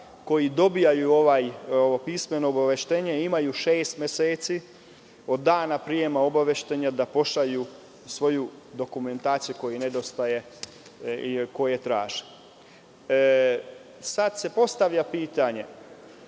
koji dobijaju pismeno obaveštenje imaju šest meseci od dana prijema obaveštenja da pošalju svoju dokumentaciju koja nedostaje. Sada se postavlja pitanje